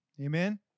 amen